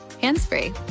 hands-free